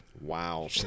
Wow